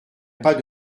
pas